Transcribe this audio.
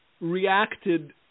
reacted